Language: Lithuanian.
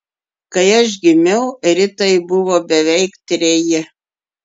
kai aš gimiau ritai buvo beveik treji